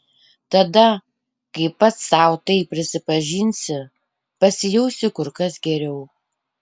tada kai pats sau tai prisipažinsi pasijausi kur kas geriau